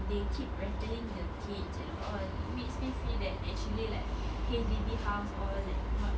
they keep rattling the cage and all makes me feel that actually like H_D_B house all like not